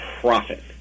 profit